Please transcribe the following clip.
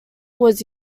was